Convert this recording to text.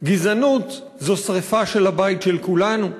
גזענות זו שרפה של הבית של כולנו,